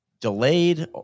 delayed